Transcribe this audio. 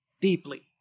deeply